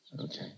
Okay